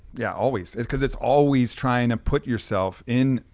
yeah, always, cause it's always trying to put yourself in,